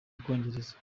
bwongereza